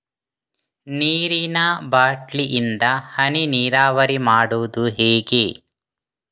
ನೀರಿನಾ ಬಾಟ್ಲಿ ಇಂದ ಹನಿ ನೀರಾವರಿ ಮಾಡುದು ಹೇಗೆ?